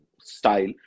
style